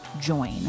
join